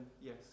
yes